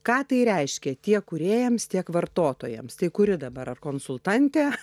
ką tai reiškia tiek kūrėjams tiek vartotojams tai kuri dabar ar konsultantė